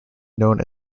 known